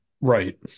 right